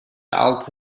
altı